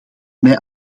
mij